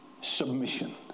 Submission